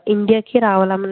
okay